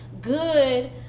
good